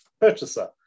purchaser